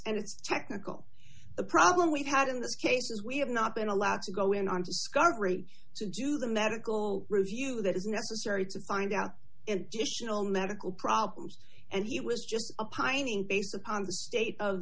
it's technical the problem we've had in this case is we have not been allowed to go in on discovery to do the medical review that is necessary to find out and just you know medical problems and he was just a pining based upon the state of